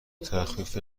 تخفیف